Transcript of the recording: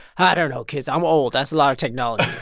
i don't know, kids. i'm old. that's a lot of technology.